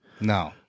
No